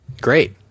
great